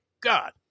God